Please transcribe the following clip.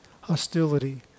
hostility